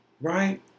right